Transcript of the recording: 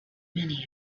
many